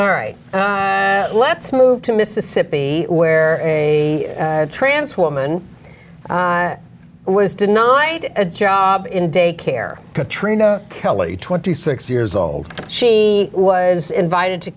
all right let's move to mississippi where a trans woman was denied a job in day care katrina kelly twenty six years old she was invited to